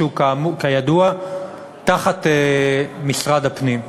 שכידוע הוא תחת משרד הפנים.